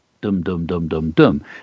dum-dum-dum-dum-dum